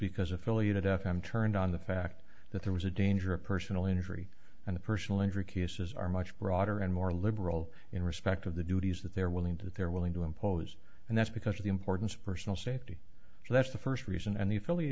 because affiliated f m turned on the fact that there was a danger of personal injury and personal injury cases are much broader and more liberal in respect of the duties that they're willing to that they're willing to impose and that's because of the importance of personal safety so that's the first reason an